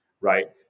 right